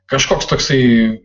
kažkoks toksai